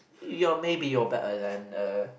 your maybe your back and and err